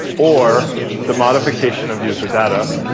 or the modification of user data.